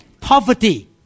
Poverty